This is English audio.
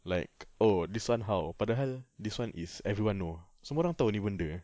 like oh this [one] how padahal this [one] is everyone know semua orang tahu ini benda